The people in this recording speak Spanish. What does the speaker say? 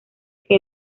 que